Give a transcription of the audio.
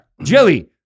Jilly